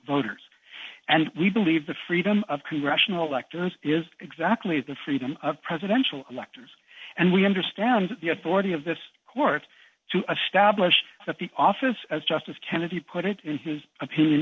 voters and we believe that freedom of congressional elections is exactly the freedom of presidential electors and we understand the authority of this court to stablish that the office of justice kennedy put it in his opinion